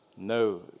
no